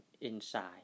inside